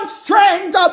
strength